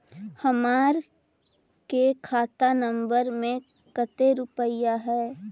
हमार के खाता नंबर में कते रूपैया है?